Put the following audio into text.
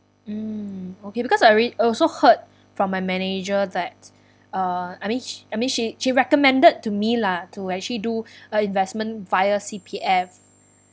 mm okay because I read also heard from my manager that uh I mean she I mean she recommended to me lah to actually do a investment via C_P_F